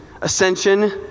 ascension